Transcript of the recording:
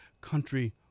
Country